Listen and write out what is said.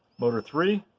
motor three.